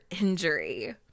injury